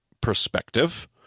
perspective